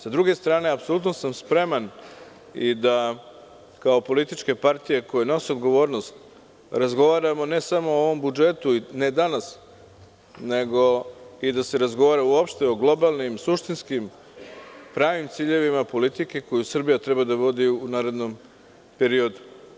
S druge strane, apsolutno sam spreman i da kao političke partije koje nose odgovornost razgovaramo ne samo o ovom budžetu i ne danas, nego da se razgovara uopšte o globalnim, suštinskim, pravim ciljevima politike koju Srbija treba da vodi u narednom periodu.